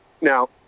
now